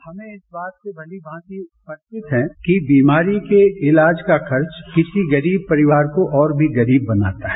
हम इस बात से भलीभांति परिचित है कि बीमारी के इलाज का खर्च किसी गरीब परिवार को और भी गरीब बनाता है